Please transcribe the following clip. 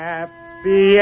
Happy